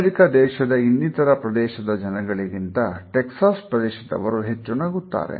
America ದೇಶದ ಇನ್ನಿತರ ಪ್ರದೇಶದ ಜನಗಳಿಗಿಂತ ಟೆಕ್ಸಾಸ್ ಪ್ರದೇಶದವರು ಹೆಚ್ಚು ನಗುತ್ತಾರೆ